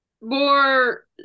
more